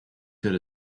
good